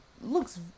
looks